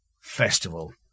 festival